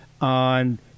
on